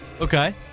Okay